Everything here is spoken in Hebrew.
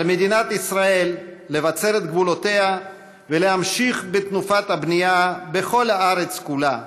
על מדינת ישראל לבצר את גבולותיה ולהמשיך בתנופת הבנייה בכל הארץ כולה,